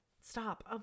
stop